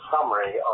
summary